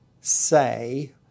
say